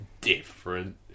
different